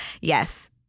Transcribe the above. Yes